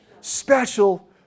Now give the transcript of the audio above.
special